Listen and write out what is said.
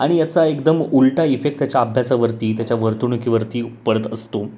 आणि याचा एकदम उलटा इफेक्ट त्याच्या अभ्यासावरती त्याच्या वर्तणुकीवरती पडत असतो